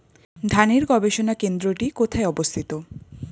ধানের গবষণা কেন্দ্রটি কোথায় অবস্থিত?